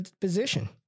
position